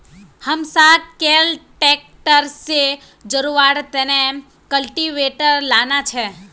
हमसाक कैल ट्रैक्टर से जोड़वार तने कल्टीवेटर लाना छे